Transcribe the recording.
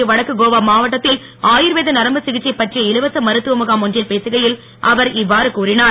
இன்று வடக்கு கோவா மாவட்டத்தில் ஆயுர்வேத நரம்பு சிகிச்சைப் பற்றிய இலவச மருத்துவ முகாம் ஒன்றில் பேசுகையில் அவர் இவ்வாறு கூறினார்